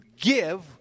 give